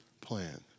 plan